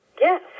Yes